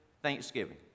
Thanksgiving